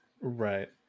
Right